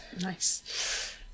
Nice